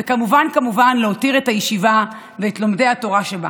וכמובן כמובן להותיר את הישיבה ואת לומדי התורה שבה.